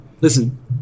Listen